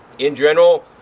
in general,